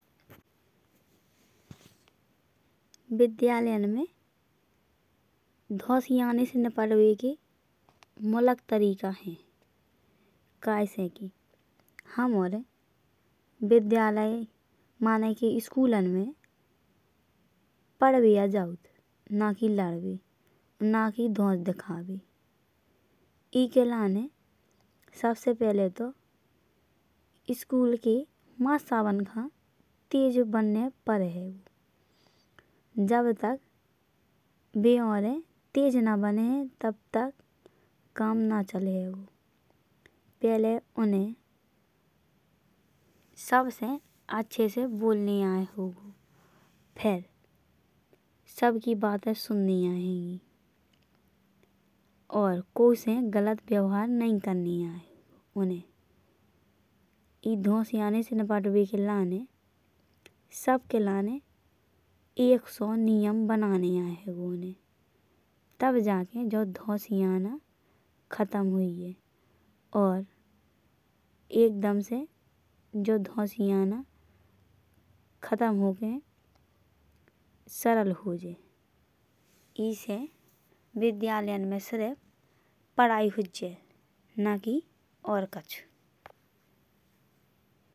विद्यालयन् में धौसियाने से निपटबे के मुलाक तफरीका है कैसे कि हम आउरेन। विद्यालय माने की स्कूलन् में पढ़बे आ जातु ना कि लड़बे ना कि धौस दिखावे। ईके लाने सबसे पहिले तो स्कूलन् के मर्सहबान का तेज بنने पड़ेगो। जब तक बे आउरेन तेज ना बने तब तक काम ना चलेगो। पहिले उन्हे सबसे अच्छे से बोलने आयेहगो फिर सबकी बातें सुनने आएगी। और कौउ से गलत व्यवहार नहीं करने आये उन्हे। ई धौसियाने से निपटबे के लाने सबके लाने एक सो नियम बनाने आयेहगो उन्हे। तब जाके जो धौसियाना खत्म हुइये। और एक दम से जो धौसियाना खत्म होके सरल होजे। ईसे विद्यालयन् में सिर्फ पढ़ाई हुइये ना कि और कछु।